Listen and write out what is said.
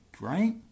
right